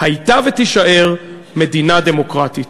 הייתה ותישאר מדינה דמוקרטית.